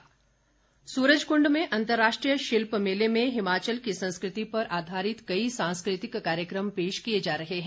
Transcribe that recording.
सूरजकंड सूरजकुंड में अंतर्राष्ट्रीय शिल्प मेले में हिमाचल की संस्कृति पर आधारित कई सांस्कृतिक कार्यक्रम पेश किए जा रहे हैं